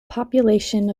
population